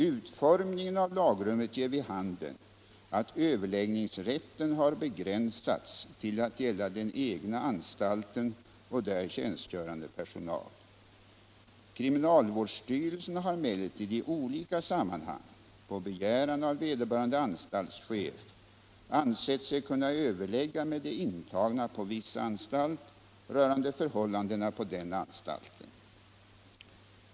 Utformningen av lagrummet ger vid handen att överläggningsrätten har begränsats till att gälla den egna anstalten och där tjänstgörande personal. Kriminalvårdsstyrelsen har emellertid i olika sammanhang, på begäran av vederbörande anstaltschef, ansett sig kunna överlägga med de intagna på viss anstalt rörande förhållandena på den anstalten.